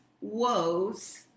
woes